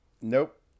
Nope